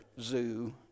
zoo